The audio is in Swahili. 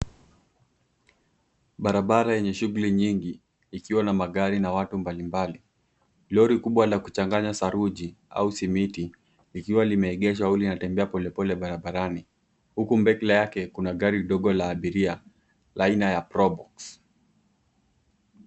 Barabara yenye shughuli nyingi ikiwa na magari na watu mbalimbali. Lori kubwa la kuchanganya saruji au simiti likiwa limeegeshwa au linatembea polepole barabarani, huku mbele yake kuna gari dogo la abiria la aina ya Probox.